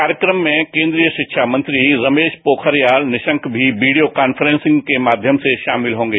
कार्यक्रम में केंद्रीय शिक्षा मंत्री स्मेश पोखरियाल निशंक भी वीडियो कॉन्फ्रेंसिंग के माध्यम से शामिल हॉगे